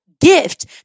gift